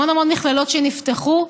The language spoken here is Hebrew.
המון המון מכללות שנפתחו,